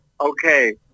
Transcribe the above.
Okay